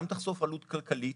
גם תחסוך עלות כלכלית,